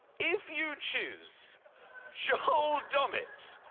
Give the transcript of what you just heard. if you choose joel dommett,